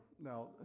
now